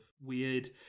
weird